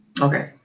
Okay